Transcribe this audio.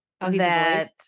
that-